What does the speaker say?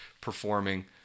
performing